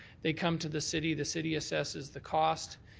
they come to the city. the city assesses the cost.